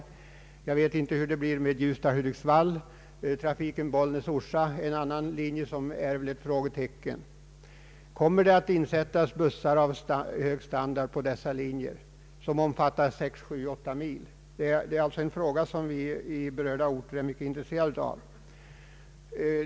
Jag vet inte hur det blir med Ljusdal Hudiksvall. Bollnäs—Orsa är en annan linje som är ett frågetecken. Kommer det att insättas bussar av hög standard på dessa linjer, som omfattar sex, sju, åtta mil? Det är en fråga som vi i berörda orter är mycket intresserade av.